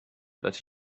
that